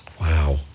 wow